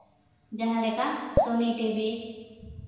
ᱡᱟᱦᱟᱸ ᱞᱮᱠᱟ Sony TV